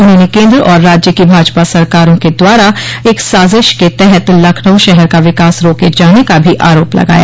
उन्होंने केन्द्र और राज्य की भाजपा सरकारों के द्वारा एक साजिश के तहत लखनऊ शहर का विकास रोके जाने का भी आरोप लगाया